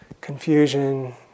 confusion